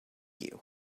you